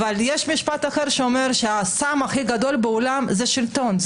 אבל יש משפט אחר שאומר שהסם הכי גדול בעולם זה שלטון,